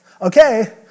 okay